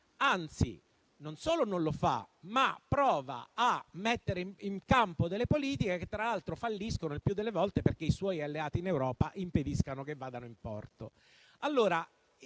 Anzi, non solo non lo fa, ma prova a mettere in campo delle politiche che, tra l'altro, falliscono il più delle volte perché i suoi alleati in Europa impediscono che vadano in porto.